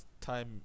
time